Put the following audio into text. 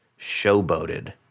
showboated